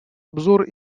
обзор